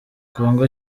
congo